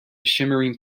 shimmering